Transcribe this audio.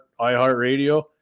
iHeartRadio